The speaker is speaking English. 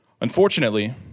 unfortunately